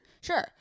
Sure